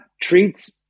treats